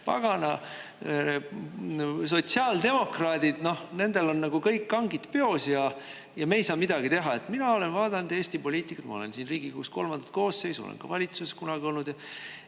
pagana sotsiaaldemokraadid, nendel on kõik kangid peos ja me ei saa midagi teha." Mina olen vaadanud Eesti poliitikat – ma olen siin Riigikogus kolmandat koosseisu, ma olen ka valitsuses kunagi olnud –